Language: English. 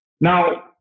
Now